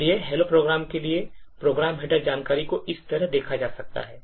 इसलिए hello program के लिए प्रोग्राम हेडर जानकारी को इस तरह देखा जा सकता है